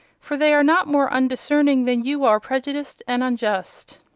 for they are not more undiscerning, than you are prejudiced and unjust.